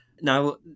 Now